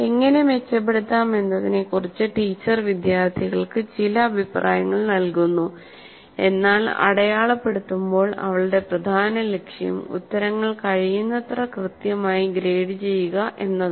എങ്ങനെ മെച്ചപ്പെടുത്താം എന്നതിനെക്കുറിച്ച് ടീച്ചർ വിദ്യാർത്ഥികൾക്ക് ചില അഭിപ്രായങ്ങൾ നൽകുന്നു എന്നാൽ അടയാളപ്പെടുത്തുമ്പോൾ അവളുടെ പ്രധാന ലക്ഷ്യം ഉത്തരങ്ങൾ കഴിയുന്നത്ര കൃത്യമായി ഗ്രേഡ് ചെയ്യുക എന്നതാണ്